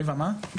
ריבה, מה?